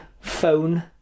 phone